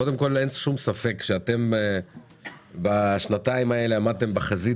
אין שום ספק שאתם בשנתיים האלה עמדתם בחזית